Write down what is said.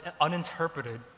uninterpreted